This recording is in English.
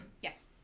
Yes